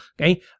okay